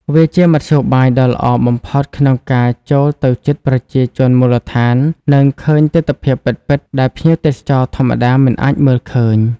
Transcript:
វាជាមធ្យោបាយដ៏ល្អបំផុតក្នុងការចូលទៅជិតប្រជាជនមូលដ្ឋាន និងឃើញទិដ្ឋភាពពិតៗដែលភ្ញៀវទេសចរធម្មតាមិនអាចមើលឃើញ។